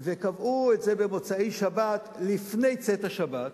וקבעו את זה למוצאי-שבת, לפני צאת השבת,